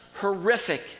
horrific